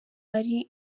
ari